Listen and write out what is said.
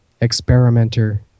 Experimenter